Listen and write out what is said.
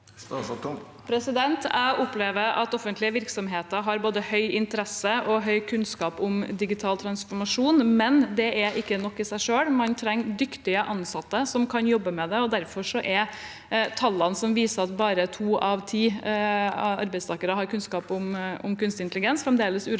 Jeg opplever at offentlige virksomheter har både høy interesse og høy kunnskap om digital transformasjon, men det er ikke nok i seg selv. Man trenger dyktige ansatte som kan jobbe med det, og derfor er tallene som viser at bare to av ti arbeidstakere har kunnskap om kunstig intelligens, fremdeles urovekkende.